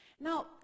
Now